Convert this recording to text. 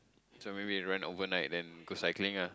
so maybe rent overnight then go cycling lah